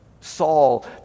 Saul